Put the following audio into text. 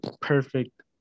perfect